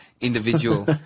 individual